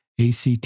ACT